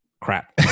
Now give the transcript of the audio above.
Crap